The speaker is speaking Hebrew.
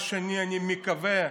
אני מקווה,